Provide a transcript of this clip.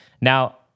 Now